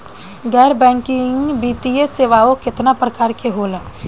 गैर बैंकिंग वित्तीय सेवाओं केतना प्रकार के होला?